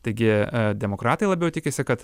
taigi demokratai labiau tikisi kad